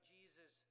Jesus